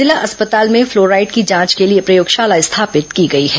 जिला अस्पताल में फ्लोराइड की जांच के लिए प्रयोगशाला स्थापित की गई है